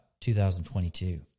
2022